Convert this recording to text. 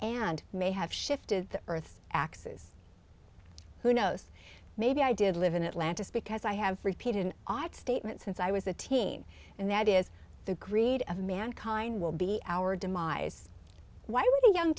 and may have shifted the earth's axis who knows maybe i did live in atlanta because i have repeated an odd statement since i was a teen and that is the greed of mankind will be our demise why do young